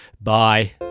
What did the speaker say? Bye